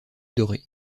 doré